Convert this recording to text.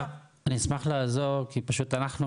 היו פה מקרים רבים שנשים התחתנו עם אזרח ישראלי,